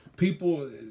People